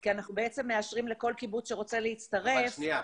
-- כי אנחנו מאשרים לכל קיבוץ שרוצה להצטרף --- ברכה,